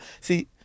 See